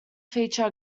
feature